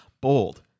bold